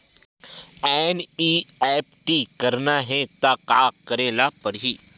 NEFT करना हे त का करे ल पड़हि?